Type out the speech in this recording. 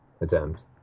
attempt